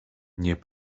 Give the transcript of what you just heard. nie